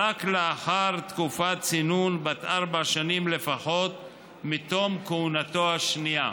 רק לאחר תקופת צינון בת ארבע שנים לפחות מתום כהונתו השנייה.